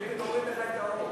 החליטו להוריד לך את האור.